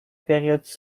période